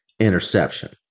interception